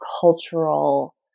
cultural